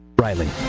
Riley